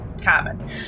common